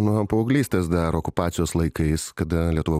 nuo paauglystės dar okupacijos laikais kada lietuva